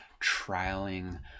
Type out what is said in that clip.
trialing